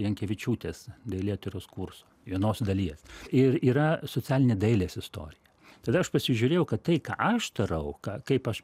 jankevičiūtės dailėtyros kurso vienos dalies ir yra socialinė dailės istorija tada aš pasižiūrėjau kad tai ką aš darau ką kaip aš